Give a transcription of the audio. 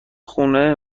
خونه